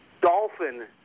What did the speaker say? Dolphin